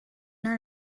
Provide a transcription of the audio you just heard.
earn